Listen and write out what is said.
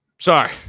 Sorry